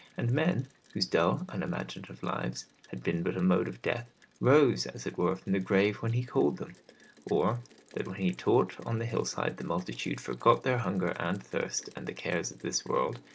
and men whose dull unimaginative lives had been but a mode of death rose as it were from the grave when he called them or that when he taught on the hillside the multitude forgot their hunger and thirst and the cares of this world,